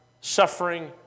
suffering